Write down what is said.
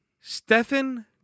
Stefan